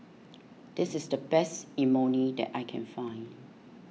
this is the best Imoni that I can find